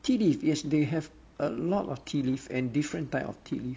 tea leaf yes they have a lot of tea leaf and different type of tea leaf